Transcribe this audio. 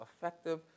effective